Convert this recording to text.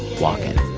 walking